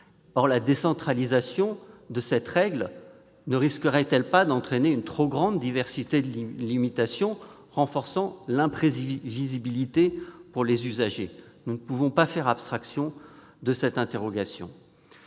Or la décentralisation de cette règle ne risquerait-elle pas d'entraîner une très grande diversité de limitations, renforçant l'imprévisibilité pour les usagers ? Nous ne pouvons pas faire abstraction de cette interrogation.